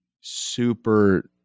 super